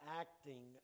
acting